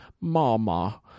Mama